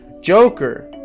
Joker